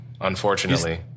unfortunately